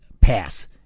pass